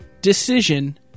decision